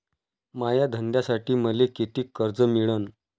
माया धंद्यासाठी मले कितीक कर्ज मिळनं?